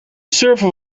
server